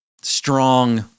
strong